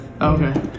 Okay